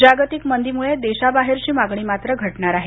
जागतिक मंदीमुळे देशाबाहेरची मागणी मात्र घटणार आहे